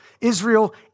Israel